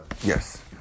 yes